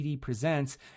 presents